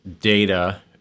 data